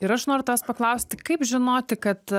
ir aš noriu tavęs paklausti kaip žinoti kad